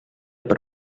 per